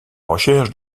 recherche